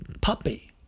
puppy